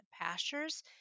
pastures